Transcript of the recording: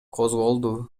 козголду